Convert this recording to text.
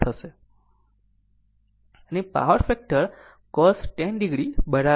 અને power factor cos 10 o 0